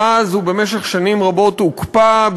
ואז ובמשך שנים רבות הוא הוקפא,